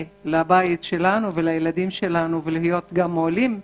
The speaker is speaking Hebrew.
לבית שלנו וכדי להיות מועילים לחברה,